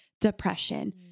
depression